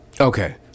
Okay